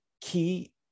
key